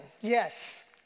yes